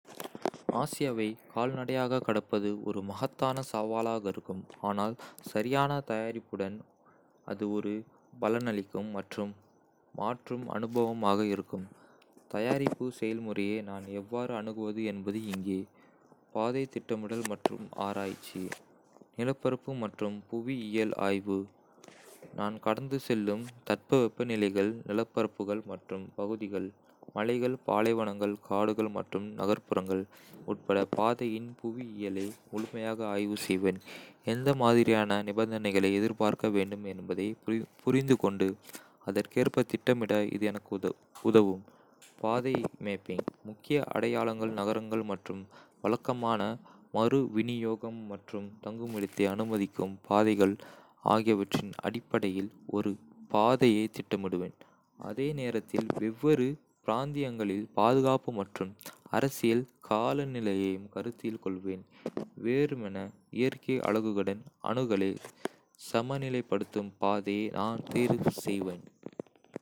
ஆசியாவை கால்நடையாகக் கடப்பது ஒரு மகத்தான சவாலாக இருக்கும், ஆனால் சரியான தயாரிப்புடன், அது ஒரு பலனளிக்கும் மற்றும் மாற்றும் அனுபவமாக இருக்கும். தயாரிப்பு செயல்முறையை நான் எவ்வாறு அணுகுவது என்பது இங்கே. பாதை திட்டமிடல் மற்றும் ஆராய்ச்சி. நிலப்பரப்பு மற்றும் புவியியல் ஆய்வு நான் கடந்து செல்லும் தட்பவெப்பநிலைகள், நிலப்பரப்புகள் மற்றும் பகுதிகள் மலைகள், பாலைவனங்கள், காடுகள் மற்றும் நகர்ப்புறங்கள் உட்பட பாதையின் புவியியலை முழுமையாக ஆய்வு செய்வேன். எந்த மாதிரியான நிபந்தனைகளை எதிர்பார்க்க வேண்டும் என்பதைப் புரிந்துகொண்டு அதற்கேற்ப திட்டமிட இது எனக்கு உதவும். பாதை மேப்பிங் முக்கிய அடையாளங்கள், நகரங்கள் மற்றும் வழக்கமான மறுவிநியோகம் மற்றும் தங்குமிடத்தை அனுமதிக்கும் பாதைகள் ஆகியவற்றின் அடிப்படையில் ஒரு பாதையை திட்டமிடுவேன், அதே நேரத்தில் வெவ்வேறு பிராந்தியங்களில் பாதுகாப்பு மற்றும் அரசியல் காலநிலையையும் கருத்தில் கொள்வேன். வெறுமனே, இயற்கை அழகுடன் அணுகலை சமநிலைப்படுத்தும் பாதையை நான் தேர்வு செய்வேன்.